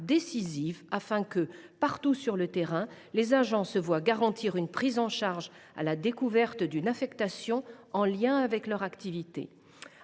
afin que, partout sur le terrain, les agents se voient garantir une prise en charge dès la découverte d’une affection en lien avec leur activité.